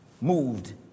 moved